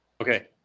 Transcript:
Okay